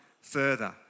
further